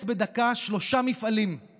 / הוא קיצץ בדקה שלושה מפעלים /